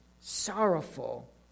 sorrowful